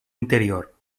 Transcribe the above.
interior